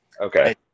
Okay